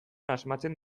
asmatzen